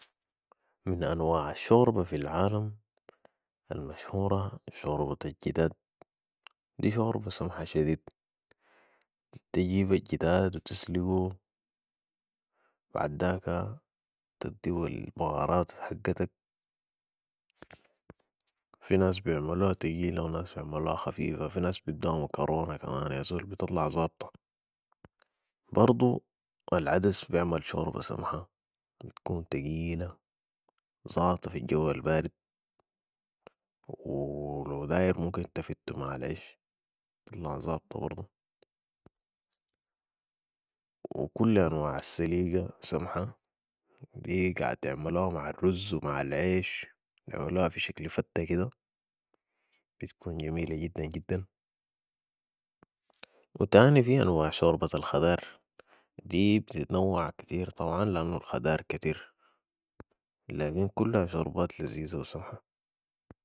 من انواع الشوربه في العالم المشهورة شوربة الجداد. دي شوربة سمحة شديد ، تجيب الجداد و تسلقو بعداك تديهو البهارات حقتك ، في ناس بيعملوها تقيلة وناس بيعملوها خفيفة في ناس بيدوها مكرونا كمان يا زول بتطلع ظابطة، برضو العدس بيعمل شوربة سمحة بتكون تقيلة و ظابطة في الجو البارد لو داير ممكن تفتو مع العيش بتطلع ظابطة برضو ، وكل انواع السليقة سمحة دي قاعد يعملوها مع الرز و مع العيش بيعملوها في شكل فتة كدة بتكون جميله جداً جداً و تاني في انواع شوربة الخضار دي بتتنوع كتير طبعاً لانو الخدار كتير لكن كلها شوربات لزيزة و سمحة